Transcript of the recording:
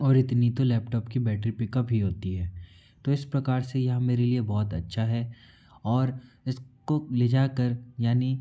और इतनी तो लैपटॉप की बैटरी पिकअप ही होती है तो इस प्रकार से यह मेरे लिए बहुत अच्छा है और इसको ले जाकर यानि